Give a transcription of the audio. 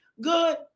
good